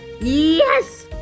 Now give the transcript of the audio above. yes